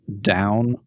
down